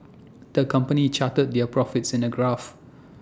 the company charted their profits in A graph